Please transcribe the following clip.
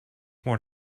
more